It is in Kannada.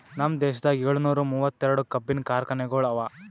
ನಮ್ ದೇಶದಾಗ್ ಏಳನೂರ ಮೂವತ್ತೆರಡು ಕಬ್ಬಿನ ಕಾರ್ಖಾನೆಗೊಳ್ ಅವಾ